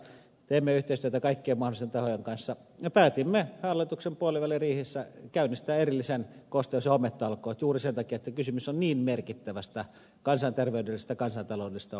teemme yhteistyötä kaikkien mahdollisten tahojen kanssa ja päätimme hallituksen puoliväliriihessä käynnistää erilliset kosteus ja hometalkoot juuri sen takia että kysymys on niin merkittävästä kansanterveydellisestä ja kansantaloudellisesta ongelmasta